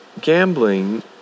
gambling